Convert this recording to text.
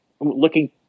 looking